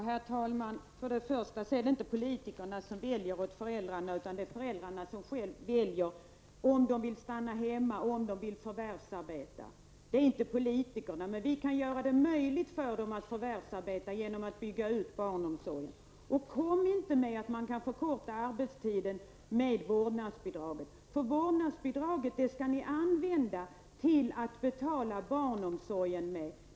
Herr talman! Först och främst är det inte politikerna som väljer åt föräldrarna, utan det är föräldrarna själva som väljer om de vill stanna hemma och om de vill förvärvsarbeta. Det är inte politikerna som gör det. Men vi kan göra det möjligt för dessa föräldrar att förvärvsarbeta genom att bygga ut barnomsorgen. Och kom inte och säg att man kan förkorta arbetstiden med hjälp av vårdnadsbidraget, eftersom ni skall använda vårdnadsbidraget till att betala barnomsorgen.